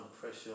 pressure